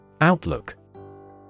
Outlook